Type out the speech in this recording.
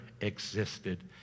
existed